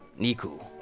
Niku